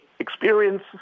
experience